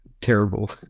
terrible